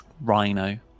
Rhino